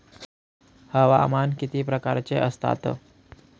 हवामान किती प्रकारचे असतात?